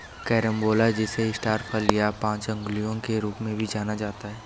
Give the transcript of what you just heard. carambola जिसे star फल या पांच अंगुलियों के रूप में भी जाना जाता है